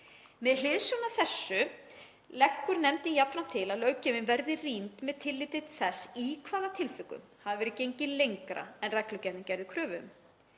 Með hliðsjón af því leggur nefndin jafnframt til að löggjöfin verði rýnd með tilliti til þess í hvaða tilvikum hafi verið gengið lengra en reglugerðin gerir kröfu